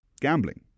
Gambling